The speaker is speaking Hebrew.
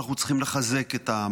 אנחנו צריכים לחזק את העם,